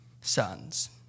sons